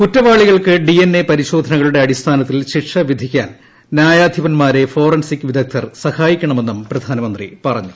കുറ്റവാളികൾക്ക് D N A പരിശോധനകളുടെ അടിസ്ഥാനത്തിൽ ശിക്ഷ വിധിക്കാൻ ന്യായാധിപൻമാരെ ഫോറൻസിക് വിദഗ്ധൂർ സഹായിക്കണമെന്നും പ്രധാനമന്ത്രി പറഞ്ഞു